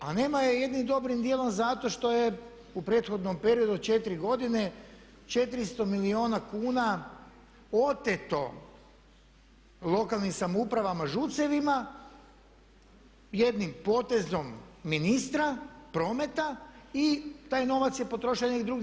A nema je jednim dobrim djelom zato što je u prethodnom periodu od 4 godine, 400 milijuna kuna oteto lokalnim samoupravama ŽUC-evima jednim potezom ministra prometa i taj novac je potrošen negdje drugdje.